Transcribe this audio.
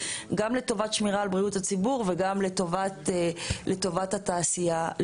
גם לטובת שמירה על בריאות הציבור וגם לטובת התעשיינים.